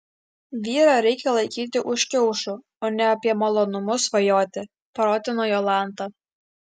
vyrą reikia laikyti už kiaušų o ne apie malonumus svajoti protina jolanta